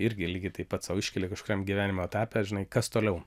irgi lygiai taip pat sau iškeli kažkokiam gyvenimo etape žinai kas toliau